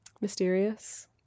mysterious